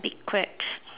big crabs